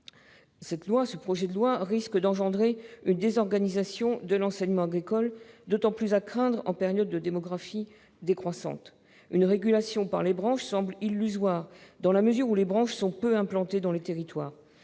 Le projet de loi risque d'engendrer une désorganisation de l'enseignement agricole, d'autant plus à craindre en période de démographie décroissante. Une régulation par les branches semble illusoire, dans la mesure où celles-ci sont peu implantées dans les territoires.